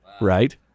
right